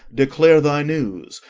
declare thy news,